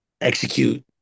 execute